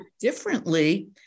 differently